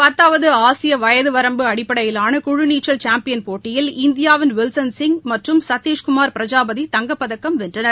பத்தாவது ஆசிய வயது வரம்பு அடிப்படையிலான குழு நீச்சல் சாம்பியன் போட்டியில் இந்தியாவின் வில்சன் சிங் சத்தீஷ் குமார் பிரஜாபதி தங்கப்பதக்கம் வென்றனர்